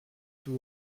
tout